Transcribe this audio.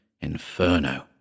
inferno